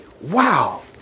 Wow